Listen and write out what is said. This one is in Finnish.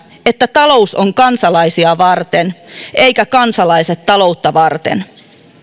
että talous on kansalaisia varten eivätkä kansalaiset taloutta varten